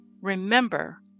Remember